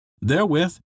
Therewith